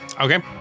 Okay